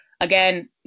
again